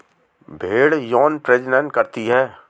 भेड़ यौन प्रजनन करती है